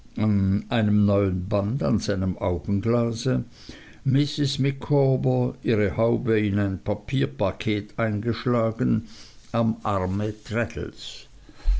einem neuen band an seinem augenglase mrs micawber ihre haube in ein papierpaket eingeschlagen am arme